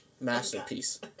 Masterpiece